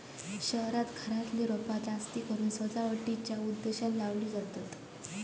शहरांत घरातली रोपा जास्तकरून सजावटीच्या उद्देशानं लावली जातत